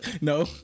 No